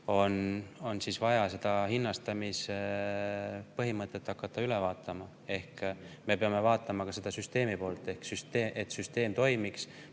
hakata seda hinnastamise põhimõtet üle vaatama. Ehk me peame vaatama ka seda süsteemi poolt, et süsteem toimiks,